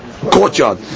courtyard